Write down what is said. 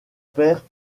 père